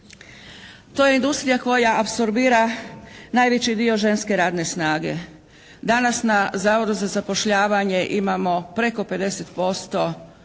To je industrija koja apsorbira najveći dio ženske radne snage. Danas na Zavodu za zapošljavanje imamo preko 50% onih